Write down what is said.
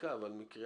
מעמיקה אבל מספקת,